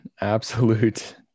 absolute